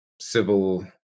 civil